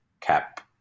cap